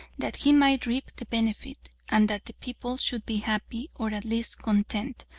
that he might reap the benefit, and that the people should be happy, or at least content,